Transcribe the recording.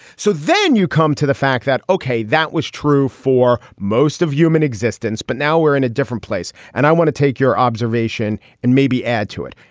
so then you come to the fact that. okay, that was true for most of human existence, but now we're in a different place. and i want to take your observation and maybe add to it.